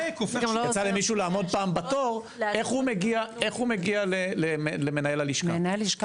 הוא מגיע למנהל הלשכה?